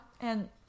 and-